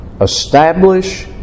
Establish